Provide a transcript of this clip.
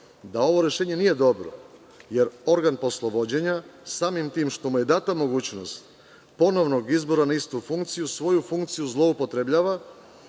da ovo rešenje nije dobro, jer organ poslovođenja samim tim što mu je data mogućnost ponovnog izbora na istu funkciju svoju funkciju zloupotrebljava,